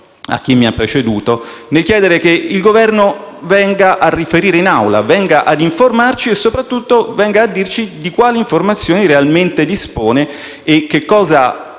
a chi mi ha preceduto nel chiedere che il Governo venga a riferire in Aula, venga ad informarci e soprattutto a dirci di quali informazioni realmente dispone e che cosa